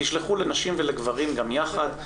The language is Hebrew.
תשלחו לנשים ולגברים גם יחד.